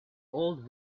old